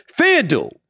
FanDuel